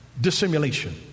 dissimulation